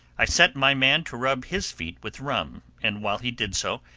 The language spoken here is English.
i set my man to rub his feet with rum, and while he did so,